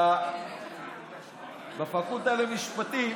בפקולטה למשפטים,